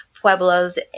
pueblos